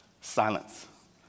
silence